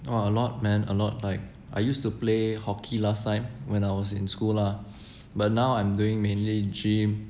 !wah! a lot man a lot like I used to play hockey last time when I was in school lah but now I'm doing mainly gym